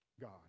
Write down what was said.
God